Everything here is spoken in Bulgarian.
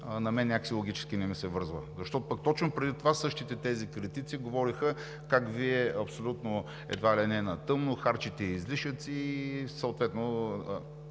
на мен някак си логически не ми се връзва, защото пък точно преди това същите тези критици говореха как Вие, едва ли не на тъмно, харчите излишъци и съответно